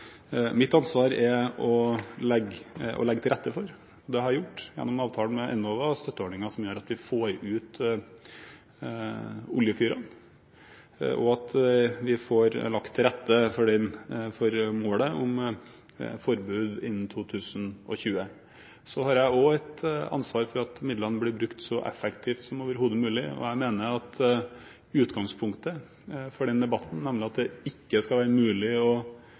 det har jeg gjort gjennom avtalen med Enova – støtteordninger som gjør at vi får ut oljefyrer, og at vi får lagt til rette for målet om forbud innen 2020. Så har jeg også et ansvar for at midlene blir brukt så effektivt som overhodet mulig, og jeg mener at utgangspunktet for denne debatten, nemlig at det ikke skal være mulig å